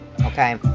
Okay